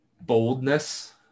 boldness